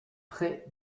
près